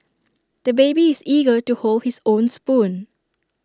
the baby is eager to hold his own spoon